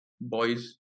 boys